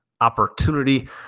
opportunity